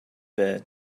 bed